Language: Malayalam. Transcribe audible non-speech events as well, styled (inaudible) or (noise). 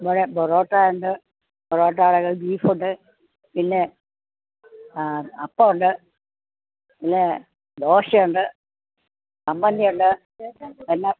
ഇവിടെ പൊറോട്ട ഉണ്ട് പൊറോട്ട (unintelligible) ബീഫ് ഉണ്ട് പിന്നേ അപ്പം ഉണ്ട് പിന്നേ ദോശ ഉണ്ട് ചമ്മന്തി ഉണ്ട് പിന്നെ